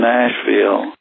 Nashville